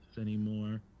anymore